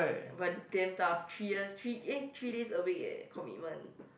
but damn tough three years three eh three days a week eh commitment